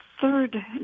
third